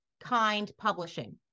kindpublishing